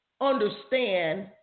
understand